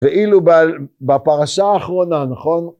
ואילו בפרשה האחרונה נכון?